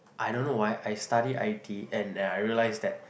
I don't know I I study i_t and I realize that